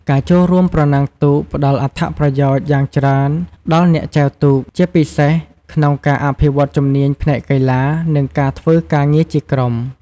ការចូលរួមប្រណាំងទូកផ្ដល់អត្ថប្រយោជន៍យ៉ាងច្រើនដល់អ្នកចែវទូក ជាពិសេសក្នុងការអភិវឌ្ឍជំនាញផ្នែកកីឡា និងការធ្វើការងារជាក្រុម។